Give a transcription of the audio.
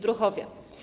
Druhowie!